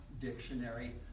dictionary